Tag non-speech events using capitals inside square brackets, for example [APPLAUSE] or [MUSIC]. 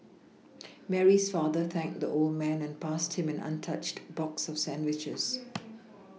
Mary's father thanked the old man and passed him an untouched box of sandwiches [NOISE]